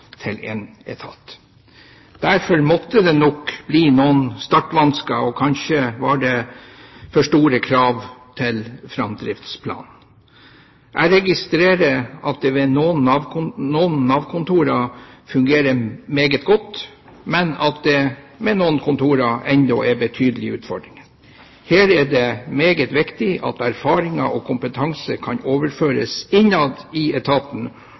til én etat. Derfor måtte det nok bli noen startvansker – og kanskje var det for store krav til framdriftsplaner. Jeg registrerer at det ved noen Nav-kontorer fungerer meget godt, men at det ved noen kontorer ennå er betydelige utfordringer. Her er det meget viktig at erfaringer og kompetanse kan overføres innad i etaten,